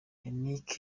yannick